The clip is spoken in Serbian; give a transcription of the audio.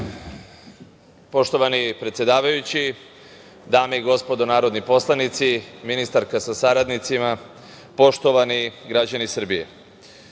Poštovani predsedavajući, dame i gospodo narodni poslanici, ministarka sa saradnicima, poštovani građani Srbije,